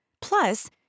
Plus